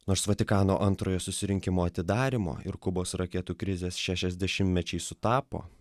nors vatikano antrojo susirinkimo atidarymo ir kubos raketų krizės šešiasdešimtmečiai sutapo